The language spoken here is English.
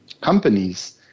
companies